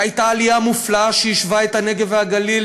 שהייתה עלייה מופלאה שיישבה את הנגב והגליל,